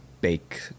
bake